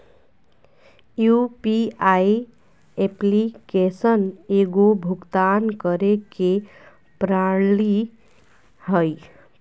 UPI application एगो भुक्तान करे के प्रणाली हइ